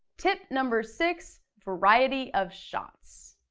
tip number six. variety of shots.